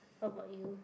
how about you